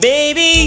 Baby